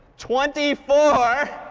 twenty four.